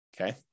okay